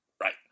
Right